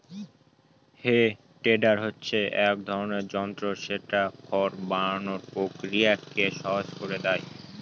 হে tedder হচ্ছে এক ধরনের যন্ত্র যেটা খড় বানানোর প্রক্রিয়াকে সহজ করে দেয়